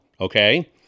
okay